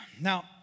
Now